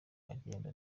agenda